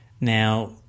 Now